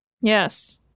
Yes